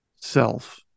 self